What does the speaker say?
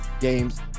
games